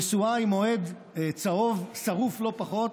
נשואה לאוהד צהוב שרוף לא פחות,